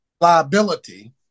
liability